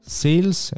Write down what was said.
sales